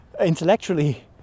intellectually